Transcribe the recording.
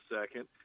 second